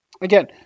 again